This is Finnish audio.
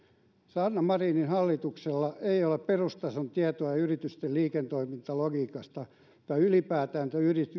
sanna marinin hallituksella ei ole perustason tietoa yritysten liiketoimintalogiikasta tai ylipäätään